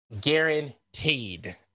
guaranteed